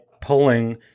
pulling